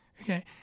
Okay